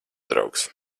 draugs